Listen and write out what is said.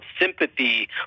sympathy